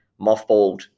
mothballed